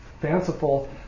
fanciful